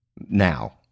Now